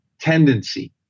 tendency